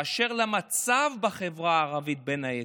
באשר למצב בחברה הערבית, בין היתר,